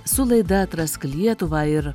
su laida atrask lietuvą ir